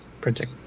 printing